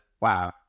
wow